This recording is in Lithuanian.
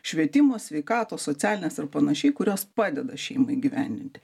švietimo sveikatos socialines ir panašiai kurios padeda šeimai įgyvendinti